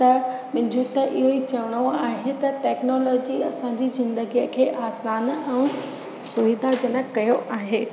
त मुंहिंजो त इहो ई चवणो आहे त टेक्नोलॉजी असांजी ज़िन्दगीअ खे आसान ऐं सुविधा जनक कयो आहे